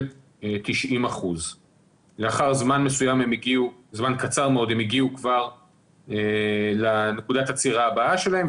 90%. לאחר זמן קצר מאוד הם כבר הגיעו לנקודת הציר הבאה שלהם,